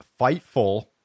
Fightful